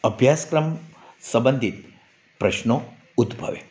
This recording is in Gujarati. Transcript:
અભ્યાસક્રમ સંબંધિત પ્રશ્નો ઉદ્ભવે